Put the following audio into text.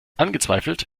angezweifelt